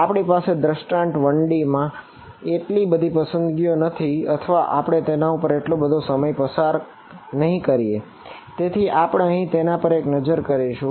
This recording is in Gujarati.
આપણી પાસે દૃષ્ટાંત 1D માં એટલી બધી પસંદગીઓ નથી અથવા આપણે તેના ઉપર એટલો બધો સમય પસાર નહિ કરીએ તેથી આપણે અહીં તેના પર એક નજર કરીશું